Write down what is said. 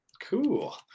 Cool